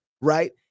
right